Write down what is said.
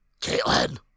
Caitlin